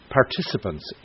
participants